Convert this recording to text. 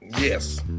Yes